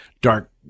dark